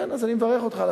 אז אני מברך אותך,